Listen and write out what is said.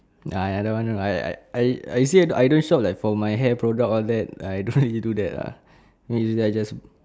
nah I don't one to I I I I say I don't shop like for my hair products all that I don't really do that lah maybe I just